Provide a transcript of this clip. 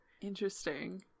interesting